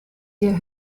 der